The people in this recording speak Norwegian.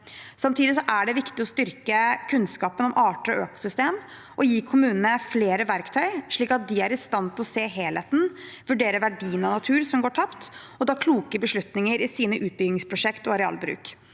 kommunene viktig å styrke kunnskapen om arter og økosystem og gi kommunene flere verktøy, slik at de er i stand til å se helheten, vurdere verdien av natur som går tapt, og ta kloke beslutninger i sine utbyggingsprosjekt og i sin arealbruk.